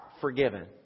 forgiven